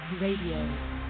Radio